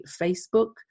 facebook